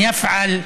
שמחייב להציב מכשיר